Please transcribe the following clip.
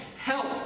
health